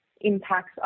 impacts